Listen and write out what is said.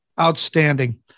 Outstanding